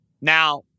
Now